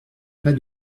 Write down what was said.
pas